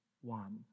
One